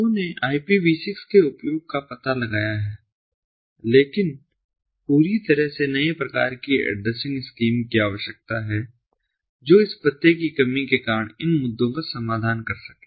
लोगों ने IPV6 के उपयोग का पता लगाया है लेकिन पूरी तरह से नए प्रकार की एड्रेसिंग स्कीम की आवश्यकता है जो इस पते की कमी के कारण इन मुद्दों का समाधान कर सके